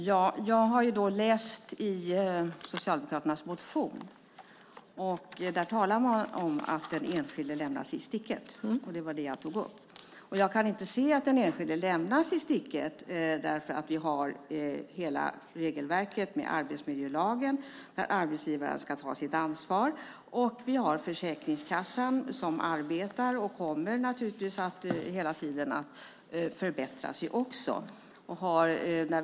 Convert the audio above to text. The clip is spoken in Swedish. Fru talman! Jag har läst Socialdemokraternas motion. Där sägs att den enskilde lämnas i sticket, och det var det jag tog upp. Jag kan inte se att den enskilde lämnas i sticket, för vi har ju hela regelverket med arbetsmiljölagen där det sägs att arbetsgivarna ska ta sitt ansvar, och vi har Försäkringskassan som arbetar och naturligtvis hela tiden också kommer att förbättra sig.